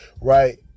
right